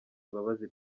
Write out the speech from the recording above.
imbabazi